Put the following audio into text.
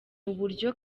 uburyo